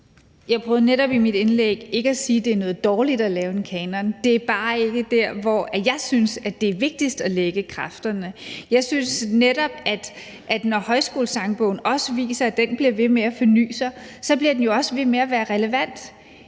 Jeg prøvede netop i mit indlæg ikke at sige, at det er noget dårligt at lave en kanon. Det er bare ikke der, hvor jeg synes det er vigtigst at lægge kræfterne. Jeg synes jo netop, at Højskolesangbogen, når den også viser, at den bliver ved med at forny sig, så også bliver ved med at være relevant.